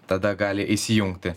tada gali įsijungti